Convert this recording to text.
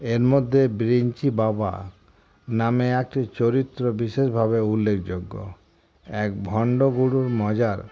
এর মধ্যে বিরিঞ্চি বাবা নামে একটি চরিত্র বিশেষভাবে উল্লেখযোগ্য এক ভণ্ডগুরুর মজার